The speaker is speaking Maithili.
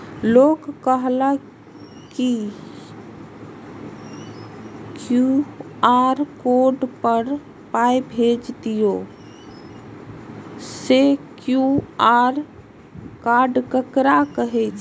लोग कहलक क्यू.आर कोड पर पाय भेज दियौ से क्यू.आर कोड ककरा कहै छै?